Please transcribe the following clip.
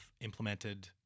implemented